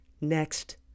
Next